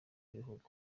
b’igihugu